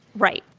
right.